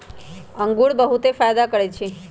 इंगूर बहुते फायदा करै छइ